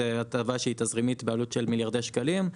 זוהי הטבה תזרימית בעלות של מיליארדי שקלים,